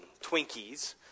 Twinkies